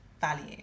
value